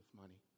money